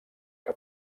que